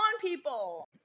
people